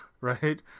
right